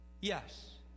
Yes